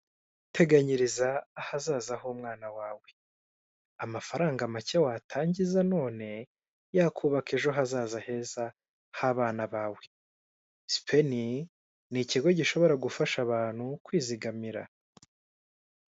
Teganyiriza ahaza h'umwana wawe. Amafaranga make watangiza none, yakubaka ejo hazaza heza h'abana bawe; Sipeni ni ikigo gishobora gufasha abantu kwizigamira.